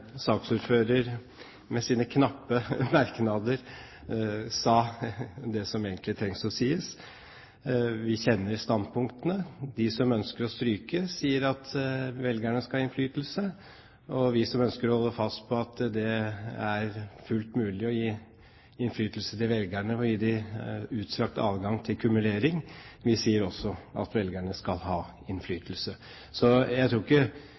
med sine knappe merknader sa det som egentlig trengs å sies. Vi kjenner standpunktene. De som ønsker å stryke, sier at velgerne skal ha innflytelse, og vi som ønsker å holde fast på at det er fullt mulig å gi innflytelse til velgerne ved å gi dem utstrakt adgang til kumulering, sier også at velgerne skal ha innflytelse. Så